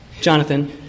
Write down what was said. Jonathan